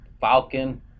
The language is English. Falcon